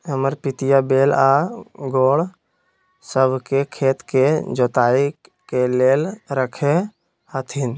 हमर पितिया बैल आऽ घोड़ सभ के खेत के जोताइ के लेल रखले हथिन्ह